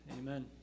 amen